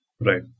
Right